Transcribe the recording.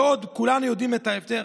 בעוד כולנו יודעים את ההבדל.